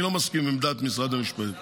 אני לא מסכים עם עמדת משרד המשפטים.